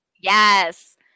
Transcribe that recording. Yes